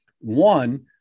one